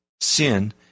Sin